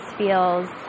feels